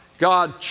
God